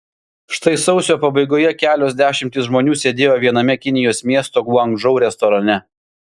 štai sausio pabaigoje kelios dešimtys žmonių sėdėjo viename kinijos miesto guangdžou restorane